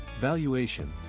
Valuation